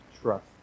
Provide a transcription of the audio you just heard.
trust